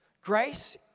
grace